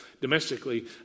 domestically